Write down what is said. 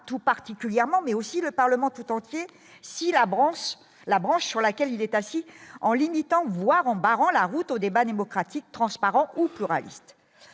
tout particulièrement, mais aussi le Parlement tout entier si la branche la branche sur laquelle il est assis en limitant, voire en barrant la route au débat démocratique, transparent, pluraliste,